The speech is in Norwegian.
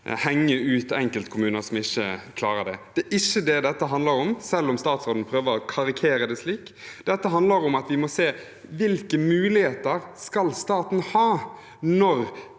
henge ut enkeltkommuner som ikke klarer dette. Det er ikke det dette handler om, selv om statsråden prøver å karikere det slik. Dette handler om at vi må se på hvilke muligheter staten skal ha når